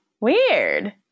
Weird